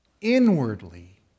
Inwardly